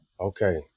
okay